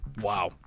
Wow